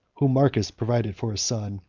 whom marcus provided for his son,